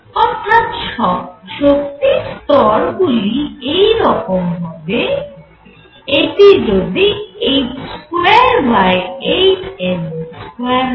অর্থাৎ শক্তি স্তর গুলি এই রকম হবে এটি যদি h28mL2 হয়